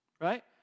right